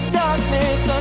darkness